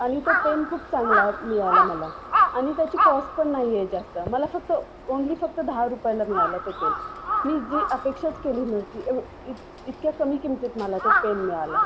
आणि तो पेन खूप चांगला मिळाला मला आणि त्याची कॉस्ट पण नाही आहे जास्त मला फक्त ओन्ली फक्त दहा रुपयाला मिळाला तो पेन मी जी अपेक्षाच केली नव्हती एव इतकी इतक्या कमी किमतीत मला तो पेन मिळाला